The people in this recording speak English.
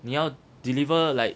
你要 deliver like